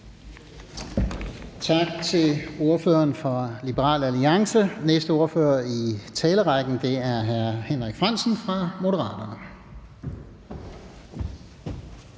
Tak til ordføreren fra Liberal Alliance. Næste ordfører i talerrækken er hr. Henrik Frandsen fra Moderaterne.